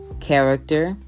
character